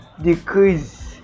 decrease